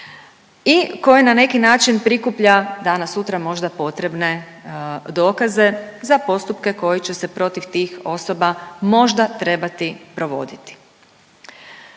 i koji na neki način prikuplja danas sutra možda potrebne dokaze za postupke koji će se protiv tih osoba možda trebati provoditi.